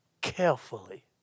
carefully